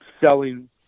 selling